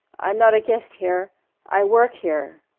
i'm not a guest here i work here.